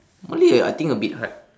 malay I think a bit hard